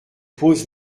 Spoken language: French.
pose